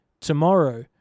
Tomorrow